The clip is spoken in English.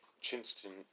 Chinston